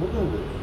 bodoh [pe]